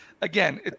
Again